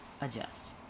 adjust